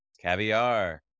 Caviar